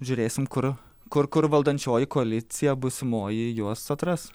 žiūrėsime kur kur kur valdančioji koalicija būsimoji juos atras